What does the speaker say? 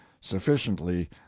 sufficiently